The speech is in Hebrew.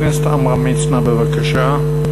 חבר הכנסת עמרם מצנע, בבקשה.